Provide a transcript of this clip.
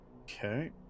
Okay